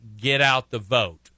get-out-the-vote